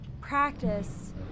practice